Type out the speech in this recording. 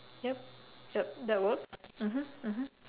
yup yup that works mmhmm mmhmm